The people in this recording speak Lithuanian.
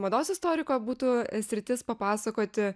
mados istoriko būtų sritis papasakoti